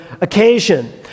occasion